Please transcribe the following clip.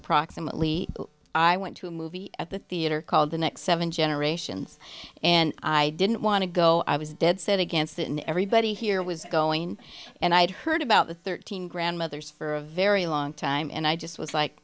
approximately i went to a movie at the theater called the next seven generations and i didn't want to go i was dead set against it and everybody here was going and i had heard about the thirteen grandmothers for a very long time and i just was like